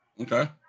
Okay